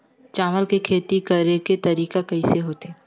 चावल के खेती करेके तरीका कइसे होथे?